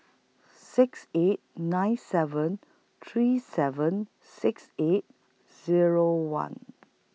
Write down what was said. six eight nine seven three seven six eight Zero one